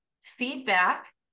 feedback